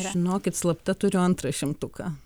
žinokit slapta turiu antrą šimtuką